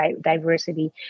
diversity